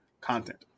content